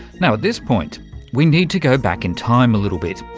now, at this point we need to go back in time a little bit,